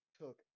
took